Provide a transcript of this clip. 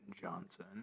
Johnson